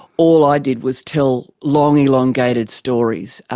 all i did was tell long elongated stories, ah